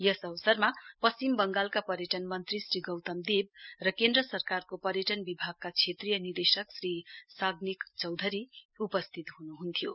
यस अवसरमा पश्चिम बंगाल पर्यटन मन्त्री श्री गौतम देव र केन्द्र सरकारको पर्यटन विभागका क्षेत्रीय निदेशक श्री सागनिक चौधरी उस्थित हुनुहुन्थ्यो